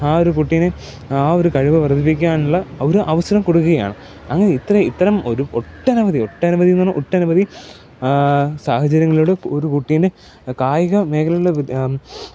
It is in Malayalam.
ആ ഒരു കുട്ടീനെ ആ ഒരു കഴിവ് വർദ്ധിപ്പിക്കാനുള്ള ഒരു അവസരം കൊടുക്കുകയാണ് അങ്ങനെ ഇത്തരം ഇത്തരം ഒരു ഒട്ടനവധി ഒട്ടനവധി എന്ന് പറഞ്ഞാൽ ഒട്ടനവധി സാഹചര്യങ്ങളിലൂടെ ഒരു കുട്ടീനെ കായിക മേഖലയിലുള്ള